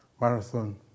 marathon